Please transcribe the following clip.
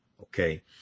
Okay